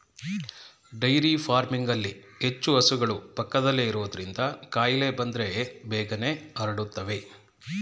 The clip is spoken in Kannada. ಡೈರಿ ಫಾರ್ಮಿಂಗ್ನಲ್ಲಿ ಹೆಚ್ಚು ಹಸುಗಳು ಪಕ್ಕದಲ್ಲೇ ಇರೋದ್ರಿಂದ ಕಾಯಿಲೆ ಬಂದ್ರೆ ಬೇಗನೆ ಹರಡುತ್ತವೆ